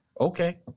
Okay